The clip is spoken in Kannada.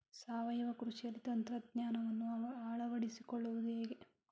ಸಾವಯವ ಕೃಷಿಯಲ್ಲಿ ತಂತ್ರಜ್ಞಾನವನ್ನು ಅಳವಡಿಸಿಕೊಳ್ಳುವುದು ಹೇಗೆ?